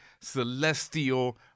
celestial